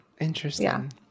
Interesting